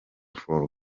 for